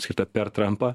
skirta per trampą